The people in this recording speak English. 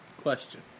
question